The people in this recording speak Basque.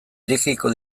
irekiko